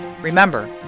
Remember